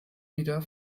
wieder